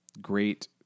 great